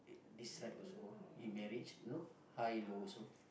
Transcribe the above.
this side also in marriage you know high low also